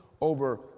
over